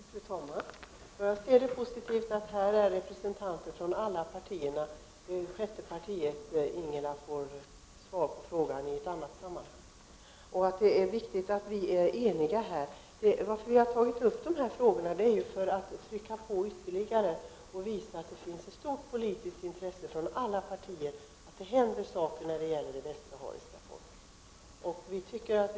Fru talman! Jag ser det som positivt att representanter från alla partier utom folkpartiet deltar i denna debatt. Men en representant från folkpartiet får svar på denna fråga i ett annat sammanhang. Det är också viktigt att vi är eniga. Vi har tagit upp dessa frågor för att ytterligare trycka på och visa att det finns ett stort politiskt intresse från alla partier att det händer något när det gäller det västsahariska folket.